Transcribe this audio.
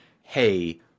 hey